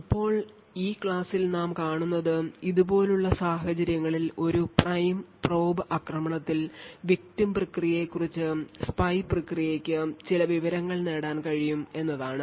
ഇപ്പോൾ ഈ ക്ലാസ്സിൽ നാം കാണുന്നത് ഇതുപോലുള്ള സാഹചര്യങ്ങളിൽ ഒരു പ്രൈം പ്രോബ് ആക്രമണത്തിൽ victim പ്രക്രിയയെക്കുറിച്ച് spy പ്രക്രിയയ്ക്ക് ചില വിവരങ്ങൾ നേടാൻ കഴിയും എന്നതാണ്